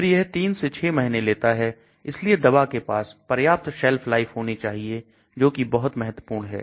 फिर यह 3 से 6 महीने लेता है इसलिए दवा के पास पर्याप्त shelf life होनी चाहिए जो कि बहुत महत्वपूर्ण है